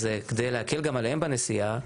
אז כדי להקל גם עליהם בנסיעה,